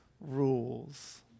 rules